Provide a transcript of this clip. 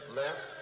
left